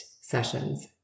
sessions